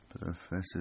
Professor